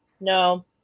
no